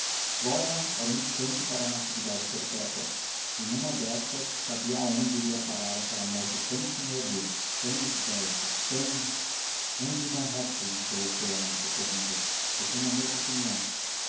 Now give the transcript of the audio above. flora era um encanto para natividade e perpétua nenhuma destas sabia aonde iria parar aquela moça tão senhoril tão esbelta tão não digam o resto interrompeu a moça sorrindo eu tenho a mesma opinião